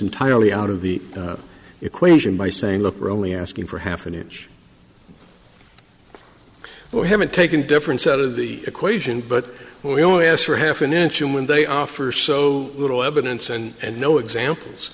entirely out of the equation by saying look we're only asking for half an inch or haven't taken different set of the equation but we only ask for half an inch and when they offer so little evidence and no examples